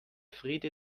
friede